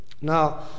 Now